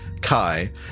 Kai